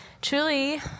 Truly